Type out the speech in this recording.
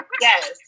Yes